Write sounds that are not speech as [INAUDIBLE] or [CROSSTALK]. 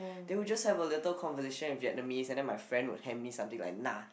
they will just have a little conversation in Vietnamese and then my friend will hand me something like [NOISE]